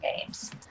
Games